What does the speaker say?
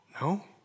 No